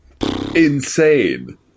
insane